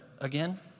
again